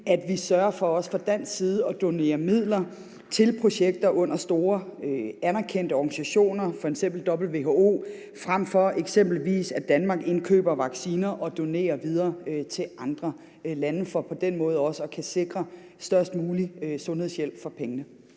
at vi sørger for også fra dansk side at donere midler til projekter under store anerkendte organisationer, f.eks. WHO – frem for eksempelvis at Danmark indkøber vacciner og donerer dem videre til andre lande – for på den måde også at kunne sikre størst mulig sundhedshjælp for pengene.